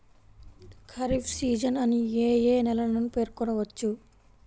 Kharif season అని ఏ ఏ నెలలను పేర్కొనవచ్చు?